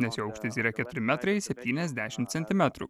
nes jo aukštis yra keturi metrai septyniasdešimt centimetrų